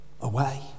away